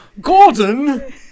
Gordon